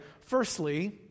firstly